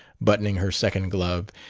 buttoning her second glove,